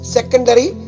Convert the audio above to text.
Secondary